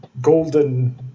golden